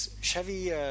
Chevy